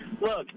Look